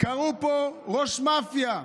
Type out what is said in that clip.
קראו פה "ראש מאפיה",